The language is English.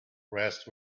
rest